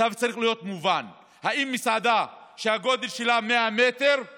הצו צריך להיות מובן: האם מסעדה שהגודל שלה 100 מטר היא